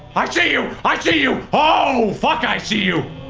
i see you i see you. oh, fuck. i see you.